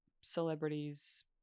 celebrities